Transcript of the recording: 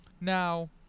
Now